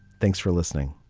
thanks for listening